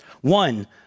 One